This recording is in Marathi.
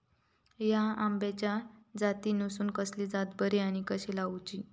हया आम्याच्या जातीनिसून कसली जात बरी आनी कशी लाऊची?